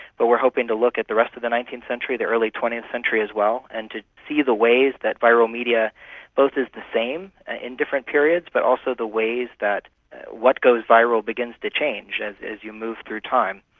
but we're hoping to look at the rest of the nineteenth century, the early twentieth century as well, and to see the ways that viral media both is the same ah in different periods, but also the ways that what goes viral begins to change and as you move through time.